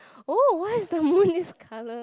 oh why is the moon this colour